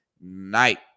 night